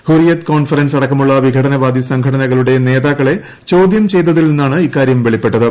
Hurriyat conference അടക്കമുള്ള വിഘടനവാദി സംഘടനകളുടെ നേതാക്കളെ ചോദ്യം ചെയ്തതിൽ നിന്നാണ് ഇക്കാര്യം വെളിപ്പെട്ടത്